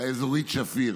האזורית שפיר.